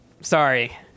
sorry